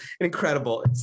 Incredible